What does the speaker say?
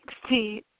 sixteen